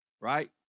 right